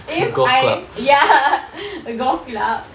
if I ya golf club